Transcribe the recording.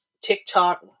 TikTok